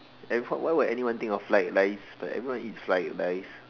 and why would anyone think of fried rice but everyone eat fried rice